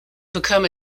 become